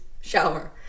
shower